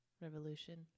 revolution